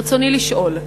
ברצוני לשאול: